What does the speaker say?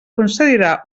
concedirà